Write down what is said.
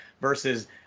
versus